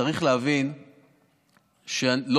גם